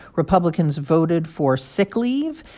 republicans voted for sick leave.